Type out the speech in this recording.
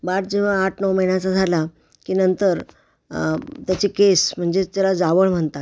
बाळ जेव्हा आठ नऊ महिन्याचा झाला की नंतर त्याचे केस म्हणजे त्याला जावळ म्हणतात